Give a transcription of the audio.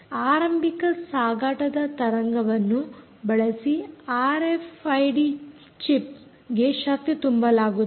ಆರಂಭಿಕ ಸಾಗಾಟದ ತರಂಗವನ್ನು ಬಳಸಿ ಆರ್ಎಫ್ಐಡಿ ಚಿಪ್ ಗೆ ಶಕ್ತಿ ತುಂಬಲಾಗುತ್ತದೆ